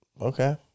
Okay